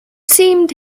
seemed